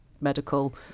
medical